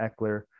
Eckler